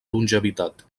longevitat